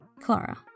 Clara